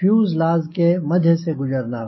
fuselage के मध्य से गुजरना होगा